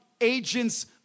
agents